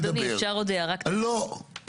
כן, בבקשה, חבר הכנסת, אלון שוסטר.